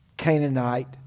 Canaanite